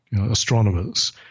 astronomers